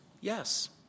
Yes